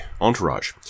entourage